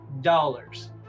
dollars